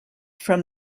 from